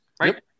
right